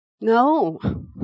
No